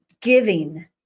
giving